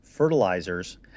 fertilizers